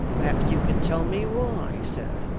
perhaps you can tell me why, sir,